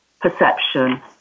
perception